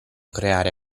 creare